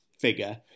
figure